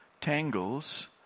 tangles